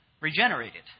regenerated